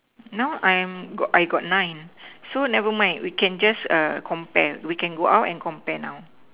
now I'm I got nine so never mind we can just err compare we can go out and compare now